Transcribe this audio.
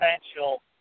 potential